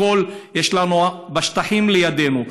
יש לנו שטחים לידנו,